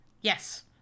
Yes